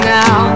now